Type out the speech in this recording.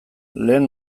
lehen